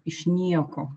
iš nieko